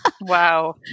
Wow